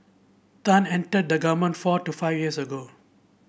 Tan entered the government four to five years ago